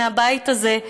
מהבית הזה,